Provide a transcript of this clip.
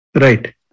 Right